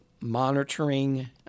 monitoring